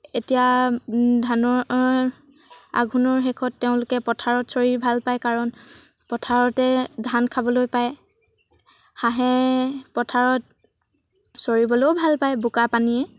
এতিয়া ধানৰ আঘোণৰ শেষত তেওঁলোকে পথাৰত চৰি ভাল পায় কাৰণ পথাৰতে ধান খাবলৈ পায় হাঁহে পথাৰত চৰিবলৈয়ো ভাল পায় বোকাপানীয়ে